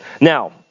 Now